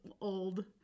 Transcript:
old